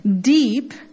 deep